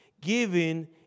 Giving